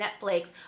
Netflix